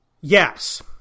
Yes